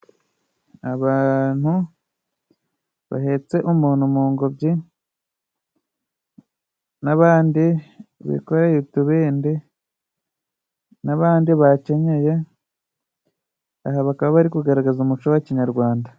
Abantu bahetse umuntu mu ngobyi n'abandi bikoreye utubende n'abandi bakenyeye aha bakaba bari kugaragaza umuco wa kinyarwanda.